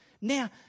Now